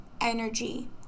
energy